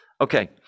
Okay